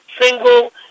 single